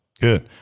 Good